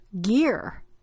gear